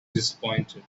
disappointed